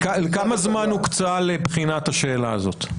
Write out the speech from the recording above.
כמה זמן הוקצה לבחינת השאלה הזאת?